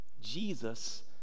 Jesus